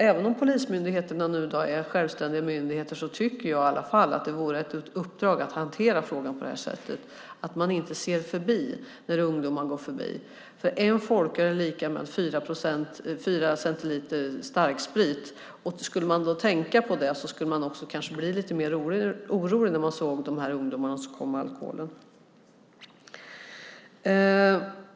Även om polismyndigheterna är självständiga myndigheter tycker jag att det vore ett uppdrag att hantera frågan så att man inte tittar bort när ungdomar går förbi. En folköl är lika med fyra centiliter starksprit. Skulle man tänka på det skulle man kanske bli lite mer orolig när man ser ungdomarna som kommer med alkoholen.